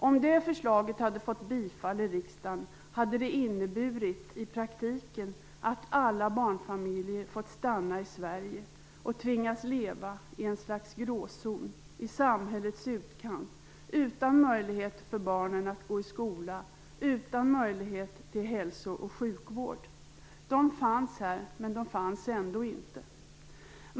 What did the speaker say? Om det förslaget hade fått bifall i riksdagen hade det i praktiken inneburit att alla barnfamiljer fått stanna i Sverige och tvingats leva i ett slags gråzon i samhällets utkant utan möjlighet för barnen att gå i skola och utan möjlighet till hälso och sjukvård. De fanns här, men de fanns ändå inte.